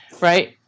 right